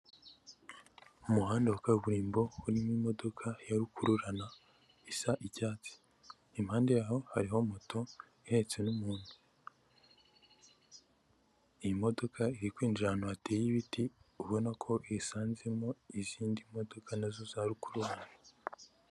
Umuhanda wa kaburimbo urimo imodoka ya rukururana isa icyatsi, impande y'aho hariho moto ihetse n'umuntu, iyi modoka iri kwinjira ahantu hateye ibiti ubona ko isanzemo izindi modoka na zo za rukururana.